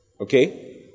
Okay